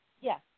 Yes